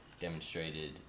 demonstrated